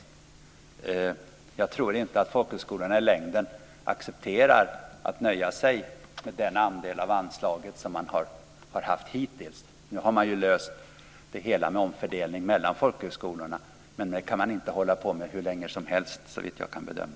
Jag tror inte att folkhögskolorna i längden accepterar och nöjer sig med den andel av anslaget som de har haft hittills. Nu har man ju löst det hela med omfördelning mellan folkhögskolorna, men det kan man inte hålla på med hur länge som helst såvitt jag kan bedöma.